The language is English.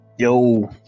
Yo